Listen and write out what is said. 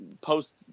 post